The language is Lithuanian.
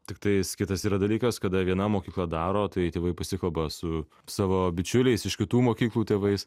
tiktais kitas yra dalykas kada viena mokykla daro tai tėvai pasikalba su savo bičiuliais iš kitų mokyklų tėvais